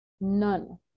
None